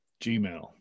Gmail